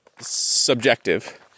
Subjective